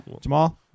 Jamal